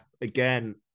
again